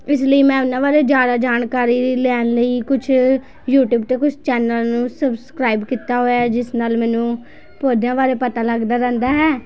ਇਸ ਲਈ ਮੈਂ ਉਨ੍ਹਾਂ ਬਾਰੇ ਜ਼ਿਆਦਾ ਜਾਣਕਾਰੀ ਲੈਣ ਲਈ ਕੁਛ ਯੂਟਿਊਬ 'ਤੇ ਕੁਛ ਚੈਨਲ ਨੂੰ ਸਬਸਕ੍ਰਾਈਬ ਕੀਤਾ ਹੋਇਆ ਹੈ ਜਿਸ ਨਾਲ ਮੈਨੂੰ ਪੌਦਿਆਂ ਬਾਰੇ ਪਤਾ ਲੱਗਦਾ ਰਹਿੰਦਾ ਹੈ